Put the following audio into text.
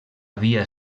havia